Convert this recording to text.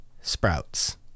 sprouts